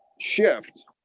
shift